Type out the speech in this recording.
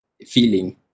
feeling